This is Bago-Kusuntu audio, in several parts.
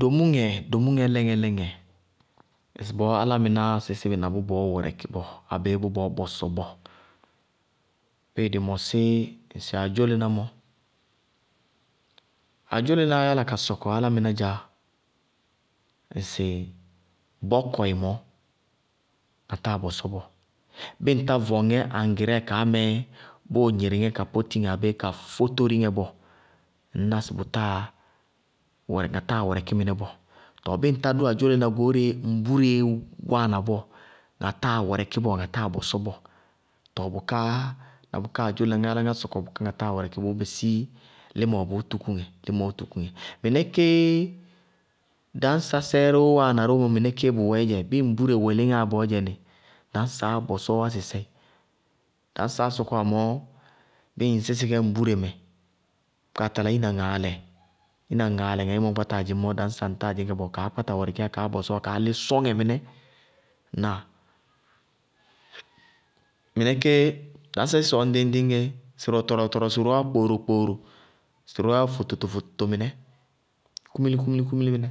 Domúŋɛ, domúŋɛ lɛŋɛlɛŋɛ, ŋsɩbɔɔ álámɩnáa sísí bɩ na nʋ bɔɔ wɛrɛki nʋ but bɔsɔ bɔɔ? Bíi di mɔsí ŋsi adzólená mɔ, adzólenáá yála ka sɔkɔ áláminá dzá ŋsi bɔkɔi mɔɔ bʋ táa bɔsɔ bɔɔ bíi ŋ tá vɔŋ ŋɛ angrɛɛ kaá mɛɛ bʋʋ gniri ka póti ŋɛ abéé ka fótóri ŋɛ bɔɔ, ŋŋ ná si táa abé ŋa táa wɛrɛki minɛ bɔɔ. Tɔɔ bíi ŋ tá dʋ adzólená goóre kaá ŋbúreé wáana bɔɔ, ŋa táa wɛrɛki bɔɔ lɔ ŋa táa bɔsɔ bɔɔ. Tɔɔ bʋká adzólená, na bʋká ŋá yálá ŋá sɔkɔ bʋká ŋa táa wɛrɛki bɔɔ, bʋʋ bisí límɔɔ yɛ bʋʋ tuku ŋɛ, límɔɔ tuku ŋɛ. Minɛ kéé daŋsásɛ róó wáana mɔɔ, minɛ kéé bʋwɛɛ dzɛ, bíi ŋbúre wɛ léŋáa booyɛni, daŋsáá bɔsɔ róówá sisɛi. Bíi ŋ sísi daŋsá ŋbúre mɛ, bʋka tala ina ŋaalɛ ina ŋaalɛ.ŋayémɔ ŋ dziŋŋá mɔɔ, daŋsá ŋtáa dziŋkɛ bɔɔ, kaá kpáta wɛrɛkiíyá kaá bɔsɔ kaá lí sɔŋɛ minɛ. Ŋnáa? Aséé siwɛ ŋɖiŋ- ŋɖiŋ yee, siri wɛ tɔrɔrɔ- tɔrɔrɔ, siri wɛɛ yá kpɔɔrɔ- kpɔɔrɔ.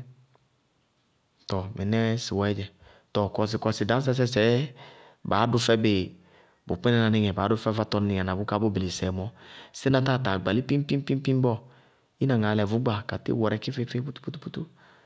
Tɔɔ minɛɛ siwɛɛ dzɛ. Tɔɔ kɔsikɔsi, daŋsá sísɛɛ lɔɔ baá dʋ fɛsi bʋ kpínaná niŋɛ, baá dʋ fɛsi bʋ fátɔ niŋɛ na bʋ yálá bʋ. bili sisɛi mɔɔ, síná táa gbalí pip- pip- piŋ bɔɔ, ina ŋaalɛ buná ŋa wɛrɛki tɛli pútúpútúpútú.